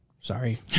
sorry